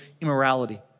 immorality